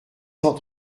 cent